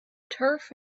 turf